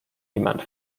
niemand